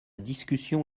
discussion